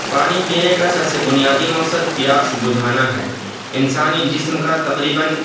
پانی پینے کا سب سے بنیادی مقصد پیاس بجھانا ہے انسانی جسم کا تقریباً